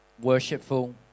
Worshipful